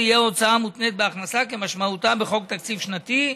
יהיה הוצאה מותנית בהכנסה כמשמעותם בחוק תקציב שנתי,